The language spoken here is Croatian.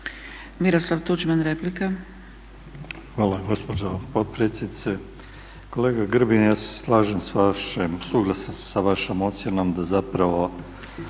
Miroslav Tuđman, replika.